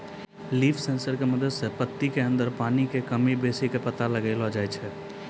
leaf sensor के मदद सॅ पत्ती के अंदर पानी के कमी बेसी के पता लगैलो जाय छै